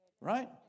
Right